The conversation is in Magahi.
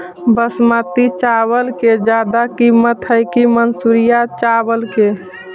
बासमती चावल के ज्यादा किमत है कि मनसुरिया चावल के?